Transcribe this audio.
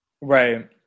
right